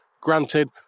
Granted